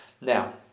Now